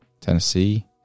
Tennessee